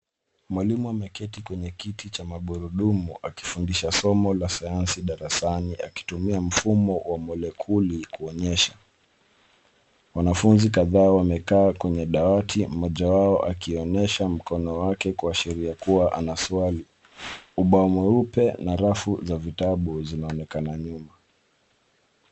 Mwalimu ameketi kwenye kiti cha magurudumu akifundisha somo la sayansi darasani akitumia mfumo wa molekuli kuonyesha. Wanafunzi kadhaa wamekaa kwenye dawati mmoja wao akionyesha mkono wake kuashiria kuwa ana swali. Ubao mweupe na rafu za vitabu zinaonekana nyuma.